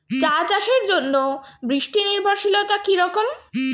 চা চাষের জন্য বৃষ্টি নির্ভরশীলতা কী রকম?